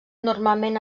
normalment